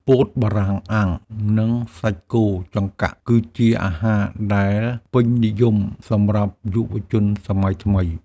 ពោតបារាំងអាំង និងសាច់គោចង្កាក់ គឺជាអាហារដែលពេញនិយមសម្រាប់យុវជនសម័យថ្មី។